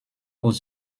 aux